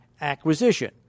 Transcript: acquisition